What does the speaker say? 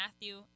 Matthew